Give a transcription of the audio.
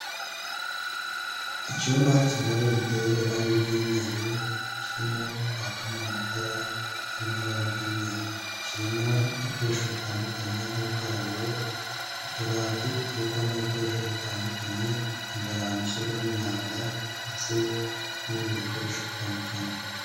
Icyumba kigari giteye irangi ry'umweru, kirimo kwakamo amatara arimo ibara ry'umweru. kirimo ibikoresho bitandukanye nko gukarabiro, utubati dutukwamo ibikoresho bitandukanye, ingarani ishyirwamo imyanda, ndetse n'ibindi bikoresho bitandukanye.